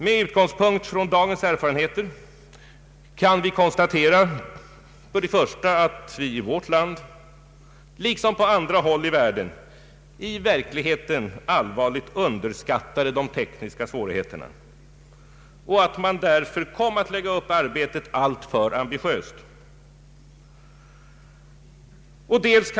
Med utgångspunkt från dagens erfarenheter kan vi för det första konstatera att vi i vårt land liksom på andra håll i världen allvarligt underskattade de tekniska svårigheterna och att arbetet därför kom att läggas upp alltför ambitiöst.